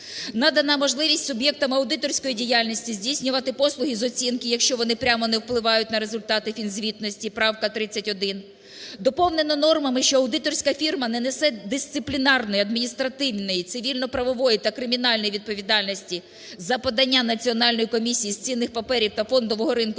Надана можливість суб'єктам аудиторської діяльності здійснювати послуги з оцінки, якщо вони прямо не впливають на результати фінзвітності (правка 31). Доповнено нормами, що аудиторська фірма не несе дисциплінарної, адміністративної, цивільно-правової та кримінальної відповідальності за подання Національної комісії з цінних паперів та фондового ринку